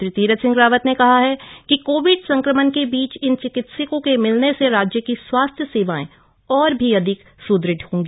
मुख्यमंत्री तीरथ सिंह रावत ने कहा कि कोविड संक्रमण के बीच इन चिकित्सकों के मिलने से राज्य की स्वास्थ्य सेवाएं और भी अधिक सुदृढ़ होंगी